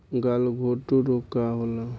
गलघोंटु रोग का होला?